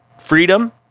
freedom